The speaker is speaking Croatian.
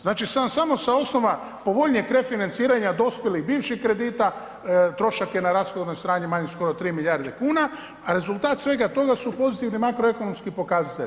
Znači samo sa osnova povoljnijeg refinanciranja dospjelih bivših kredita trošak je na rashodovnoj strani manji skoro 3 milijarde kuna a rezultat svega toga su pozitivni makroekonomski pokazatelji.